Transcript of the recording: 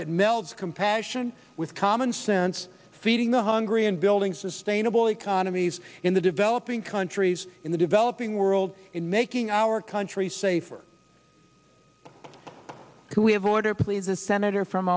it melds compassion with common sense feeding the hungry and building sustainable economies in the developing countries in the developing world in making our country safer can we have order please the senator from